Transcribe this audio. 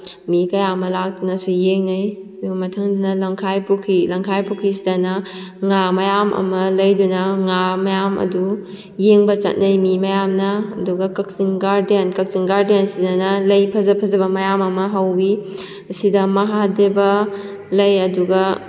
ꯃꯤ ꯀꯌꯥ ꯑꯃ ꯂꯥꯛꯇꯨꯅꯁꯨ ꯌꯦꯡꯉꯩ ꯑꯗꯨꯒ ꯃꯊꯪꯗꯅ ꯂꯝꯈꯥꯏ ꯄꯨꯈ꯭ꯔꯤ ꯂꯝꯈꯥꯏ ꯄꯨꯈ꯭ꯔꯤꯁꯤꯗꯅ ꯉꯥ ꯃꯌꯥꯝ ꯑꯃ ꯂꯩꯗꯨꯅ ꯉꯥ ꯃꯌꯥꯝ ꯑꯗꯨ ꯌꯦꯡꯕ ꯆꯠꯅꯩ ꯃꯤ ꯃꯌꯥꯝꯅ ꯑꯗꯨꯒ ꯀꯛꯆꯤꯡ ꯒꯥꯔꯗꯦꯟ ꯀꯛꯆꯤꯡ ꯒꯥꯔꯗꯦꯟ ꯑꯁꯤꯗꯅ ꯂꯩ ꯐꯖ ꯐꯖꯕ ꯃꯌꯥꯝ ꯑꯃ ꯍꯧꯏ ꯑꯁꯤꯗ ꯃꯥꯍꯥꯗꯦꯕ ꯂꯩ ꯑꯗꯨꯒ